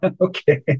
Okay